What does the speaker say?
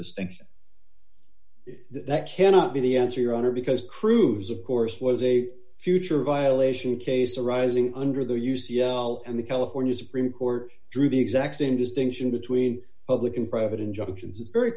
distinction that cannot be the answer your honor because crews of course was a future violation case arising under the u c i and the california supreme court drew the exact same distinction between public and private injunctions it's very